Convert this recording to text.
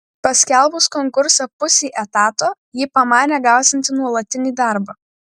paskelbus konkursą pusei etato ji pamanė gausianti nuolatinį darbą